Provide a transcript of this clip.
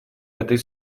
этой